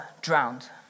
drowned